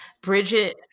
Bridget